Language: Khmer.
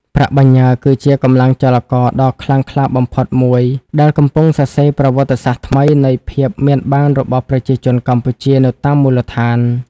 ប្រាក់បញ្ញើគឺជា "កម្លាំងចលករ" ដ៏ខ្លាំងក្លាបំផុតមួយ ដែលកំពុងសរសេរប្រវត្តិសាស្ត្រថ្មីនៃភាពមានបានរបស់ប្រជាជនកម្ពុជានៅតាមមូលដ្ឋាន។